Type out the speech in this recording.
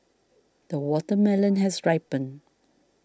the watermelon has ripened